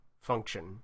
function